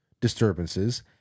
disturbances